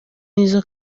nizzo